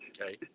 okay